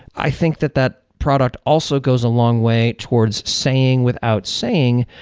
i think that that product also goes a long way towards saying without saying,